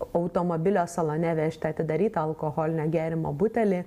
automobilio salone vežti atidarytą alkoholinio gėrimo butelį